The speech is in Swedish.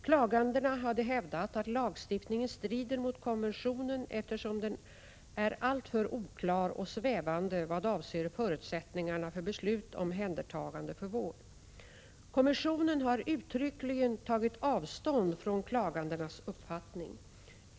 Klagandena hade hävdat att lagstiftningen strider mot konventionen, eftersom den är alltför oklar och svävande vad sionen har uttryckligen tagit avstånd från klagandenas uppfattning.